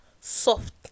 soft